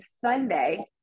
Sunday